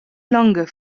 longer